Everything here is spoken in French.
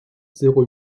zéro